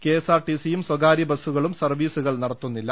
കെഎസ്ആർടിസിയും സ്വകാര്യ ബസുകളും സർവീസുകൾ നടത്തുന്നില്ല